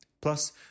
Plus